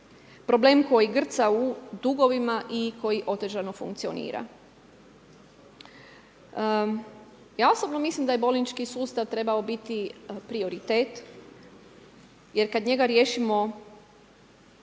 problem koji grca u dugovima i koji otežano funkcionira. Ja osobno mislim da je bolnički sustav trebao biti prioritet jer kad njega riješimo,